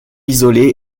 isolée